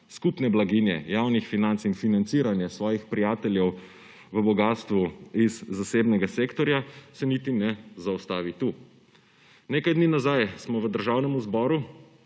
skupne blaginje javnih financ in financiranje svojih prijateljev v bogstvu iz zasebnega sektorja, se niti ne zaustavi tu. Nekaj dni nazaj smo v Državnemu zboru